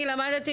אני למדתי,